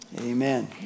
Amen